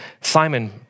Simon